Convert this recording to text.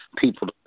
people